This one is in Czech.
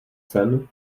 sen